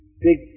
big